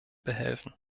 behelfen